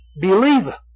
Believe